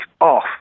off